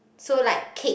so like cake